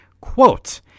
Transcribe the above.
quote